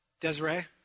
Desiree